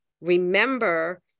remember